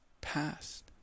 past